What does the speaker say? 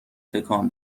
تکان